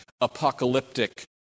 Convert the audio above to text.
apocalyptic